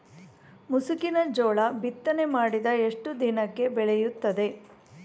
ಮುಸುಕಿನ ಜೋಳ ಬಿತ್ತನೆ ಮಾಡಿದ ಎಷ್ಟು ದಿನಕ್ಕೆ ಬೆಳೆಯುತ್ತದೆ?